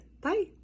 Bye